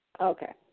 Okay